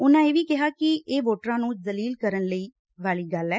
ਉਨੂਾ ਇਹ ਵੀ ਕਿਹਾ ਕਿ ਵੋਟਰਾਂ ਨੂੰ ਜਲੀਲ ਕਰਨ ਵਾਲੀ ਗੱਲ ਏ